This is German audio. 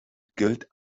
gilt